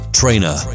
trainer